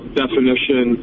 definition